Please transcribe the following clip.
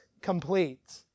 complete